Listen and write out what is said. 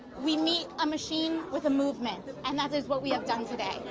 we meet a machine with a movement and that is what we have done today.